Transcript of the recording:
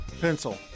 Pencil